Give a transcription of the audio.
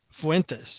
Fuentes